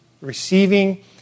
receiving